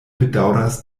bedaŭras